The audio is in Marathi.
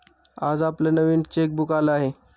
आज आपलं नवीन चेकबुक आलं आहे